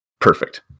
perfect